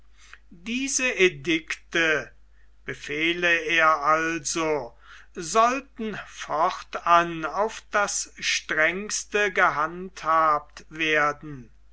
diese edikte befehle er also sollen fortan auf das strengste gehandhabt werden